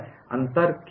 अंतर क्या है